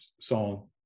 song